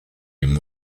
him